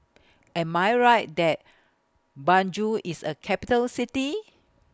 Am I Right that Banjul IS A Capital City